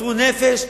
מסרו נפש,